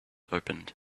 opened